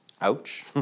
Ouch